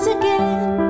again